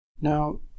Now